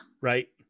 right